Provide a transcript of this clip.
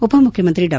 ಉಪಮುಖ್ಯಮಂತ್ರಿ ಡಾ